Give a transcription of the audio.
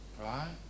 Right